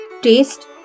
taste